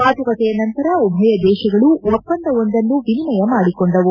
ಮಾತುಕತೆಯ ನಂತರ ಉಭಯ ದೇಶಗಳು ಒಪ್ಪಂದವೊಂದನ್ನು ವಿನಿಮಯ ಮಾಡಿಕೊಂಡವು